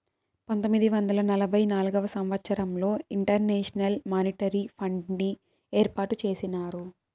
పంతొమ్మిది వందల నలభై నాల్గవ సంవచ్చరంలో ఇంటర్నేషనల్ మానిటరీ ఫండ్ని ఏర్పాటు చేసినారు